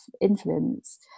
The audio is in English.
influence